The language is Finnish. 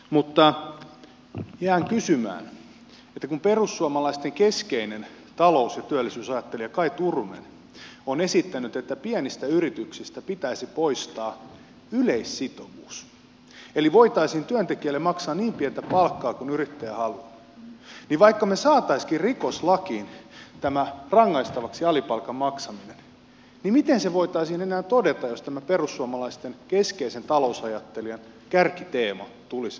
mutta jään kysymään että kun perussuomalaisten keskeinen talous ja työllisyysajattelija kaj turunen on esittänyt että pienistä yrityksistä pitäisi poistaa yleissitovuus eli voitaisiin työntekijälle maksaa niin pientä palkkaa kuin yrittäjä haluaa niin vaikka saataisiinkin rikoslakiin rangaistavaksi tämä alipalkan maksaminen niin miten se voitaisiin enää todeta jos tämän perussuomalaisten keskeisen talousajattelijan kärkiteema tulisi toteutetuksi